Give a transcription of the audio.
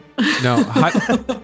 No